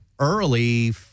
early